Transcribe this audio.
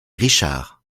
richard